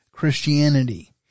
Christianity